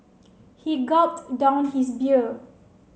he gulped down his beer